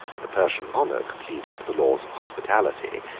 the persian monarch pleaded the laws of hospitality,